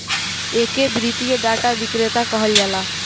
एके वित्तीय डाटा विक्रेता कहल जाला